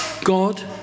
God